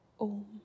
Om